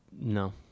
No